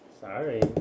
Sorry